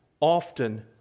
often